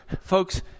Folks